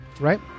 right